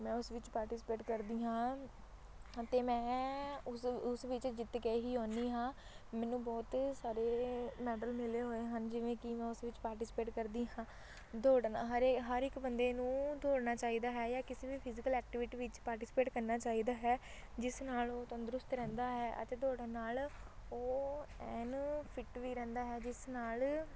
ਮੈਂ ਉਸ ਵਿੱਚ ਪਾਰਟੀਸਪੇਟ ਕਰਦੀ ਹਾਂ ਅਤੇ ਮੈਂ ਉਸ ਉਸ ਵਿੱਚ ਜਿੱਤ ਕੇ ਹੀ ਆਉਂਦੀ ਹਾਂ ਮੈਨੂੰ ਬਹੁਤ ਸਾਰੇ ਮੈਡਲ ਮਿਲੇ ਹੋਏ ਹਨ ਜਿਵੇਂ ਕਿ ਮੈਂ ਉਸ ਵਿੱਚ ਪਾਰਟੀਸਪੇਟ ਕਰਦੀ ਹਾਂ ਦੌੜਨਾ ਹਰੇ ਹਰ ਇੱਕ ਬੰਦੇ ਨੂੰ ਦੌੜਨਾ ਚਾਹੀਦਾ ਹੈ ਜਾਂ ਕਿਸੇ ਵੀ ਫਿਜੀਕਲ ਐਕਟੀਵਿਟੀ ਵਿੱਚ ਪਾਰਟੀਸਪੇਟ ਕਰਨਾ ਚਾਹੀਦਾ ਹੈ ਜਿਸ ਨਾਲ ਉਹ ਤੰਦਰੁਸਤ ਰਹਿੰਦਾ ਹੈ ਅਤੇ ਦੌੜਨ ਨਾਲ ਉਹ ਐਨ ਫਿੱਟ ਵੀ ਰਹਿੰਦਾ ਹੈ ਜਿਸ ਨਾਲ